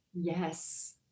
yes